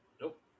Nope